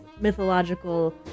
mythological